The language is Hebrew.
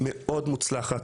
היא כרגע מאוד מוצלחת.